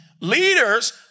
Leaders